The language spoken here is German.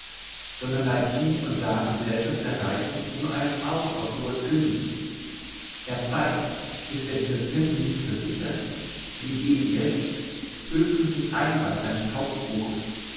sondern leiht hie und da in gesellschaft der reichen nur einen aus auf hohe zinsen er zeigt ist er dieser zinsen nicht versichert wie eben jetzt höchstens den einband seines